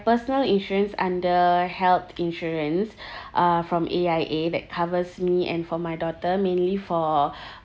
personal insurance under health insurance uh from A_I_A that covers me and for my daughter mainly for